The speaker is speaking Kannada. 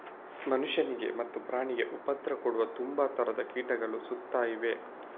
ಮನುಷ್ಯನಿಗೆ ಮತ್ತೆ ಪ್ರಾಣಿಗೆ ಉಪದ್ರ ಕೊಡುವ ತುಂಬಾ ತರದ ಕೀಟಗಳು ಸುತ್ತ ಇವೆ